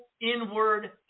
inward